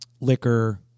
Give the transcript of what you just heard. liquor